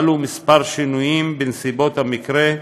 חלו כמה שינויים בנסיבות המקרה,